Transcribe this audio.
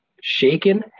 Shaken